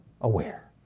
aware